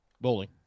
bowling